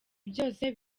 byose